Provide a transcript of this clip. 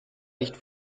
nicht